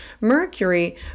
Mercury